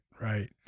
right